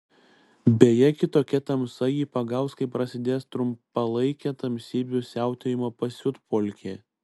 beje kitokia tamsa jį pagaus kai prasidės trumpalaikė tamsybių siautėjimo pasiutpolkė